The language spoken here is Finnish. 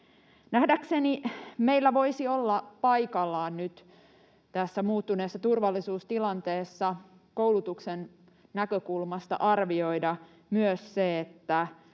Nähdäkseni meillä voisi olla paikallaan nyt tässä muuttuneessa turvallisuustilanteessa arvioida koulutuksen näkökulmasta myös se, onko